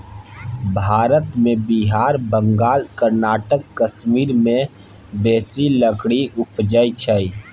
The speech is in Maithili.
भारत मे बिहार, बंगाल, कर्नाटक, कश्मीर मे बेसी लकड़ी उपजइ छै